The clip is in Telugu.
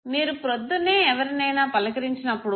మీరు ప్రొద్దున్నే ఎవరినైనా పలకరించినప్పుడు